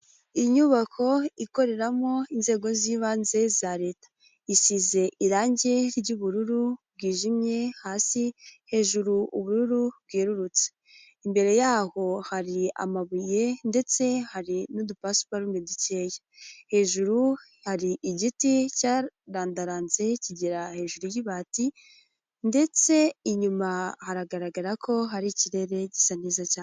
Inyubako ikoreramo inzego z'ibanze za leta isize irangi ry'ubururu bwijimye hasi, hejuru ubururu bwerurutse, imbere yaho hari amabuye ndetse hari n'udupasuparume dukeya, hejuru hari igiti cyarandaranze kigera hejuru y'ibati ndetse inyuma hagaragara ko hari ikirere gisa neza cyane.